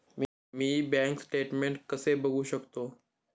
मी bank statement कसे बघू शकतो?